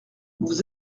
vous